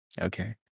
Okay